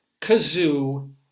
kazoo